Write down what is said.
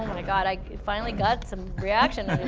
and god, i finally got some reaction